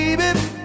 baby